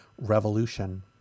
revolution